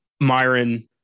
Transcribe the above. Myron